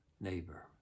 neighbor